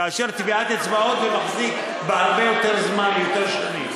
טביעת אצבעות מחזיקה להרבה יותר זמן, יותר שנים.